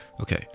Okay